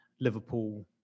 Liverpool